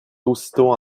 aussitôt